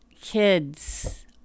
kids